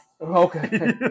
Okay